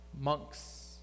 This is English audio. monks